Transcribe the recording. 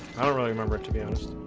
remember to be honest